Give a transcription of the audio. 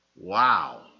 Wow